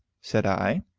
said i,